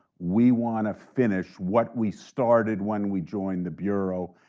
we want to finish what we started when we joined the bureau.